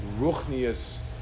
Ruchnius